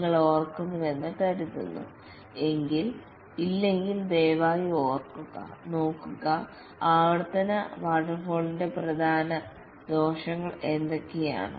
നിങ്ങൾ ഓർക്കുന്നുവെന്ന് കരുതുന്നു ഇല്ലെങ്കിൽ ദയവായി നോക്കുക ആവർത്തന വാട്ടർഫാളിന്റെ പ്രധാന ദോഷങ്ങൾ എന്തൊക്കെയാണ്